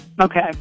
Okay